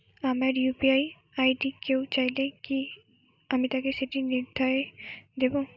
আমার UPI ID কেউ চাইলে কি আমি তাকে সেটি নির্দ্বিধায় দেব?